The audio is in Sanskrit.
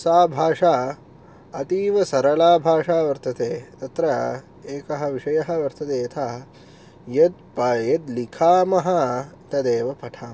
सा भाषा अतीवसरला भाषा वर्तते तत्र एकः विषयः वर्तते यथा यद् प यद् लिखामः तदेव पठामः